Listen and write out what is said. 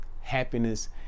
happiness